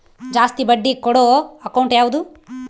ಜಾಸ್ತಿ ಬಡ್ಡಿ ಕೊಡೋ ಅಕೌಂಟ್ ಯಾವುದು?